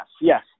Yes